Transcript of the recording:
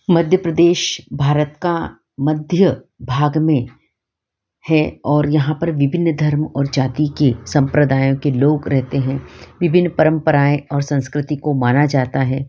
मध्य प्रदेश भारत का मध्य भाग में है और यहाँ पर विभिन्न धर्म और जाति के सम्प्रदायों के लोग रहते हैं विभिन्न परम्पराएँ और संस्कृति को माना जाता है